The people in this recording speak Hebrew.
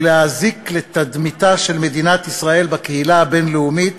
ולהזיק לתדמיתה של מדינת ישראל בקהילה הבין-לאומית,